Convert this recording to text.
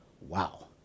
Wow